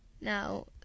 now